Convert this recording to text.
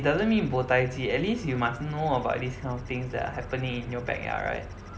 doesn't mean bo tai ji at least you must know about this kind of things that are happening in your backyard right